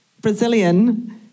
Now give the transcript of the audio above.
Brazilian